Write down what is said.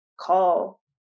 call